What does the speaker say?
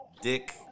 dick